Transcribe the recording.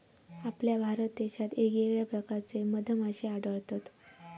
आपल्या भारत देशात येगयेगळ्या प्रकारचे मधमाश्ये आढळतत